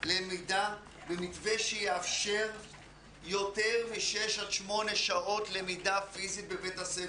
למתווה שיאפשר יותר משש עד שמונה שעות למידה פיזית בבית הספר.